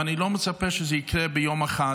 ואני לא מצפה שזה יקרה ביום אחד,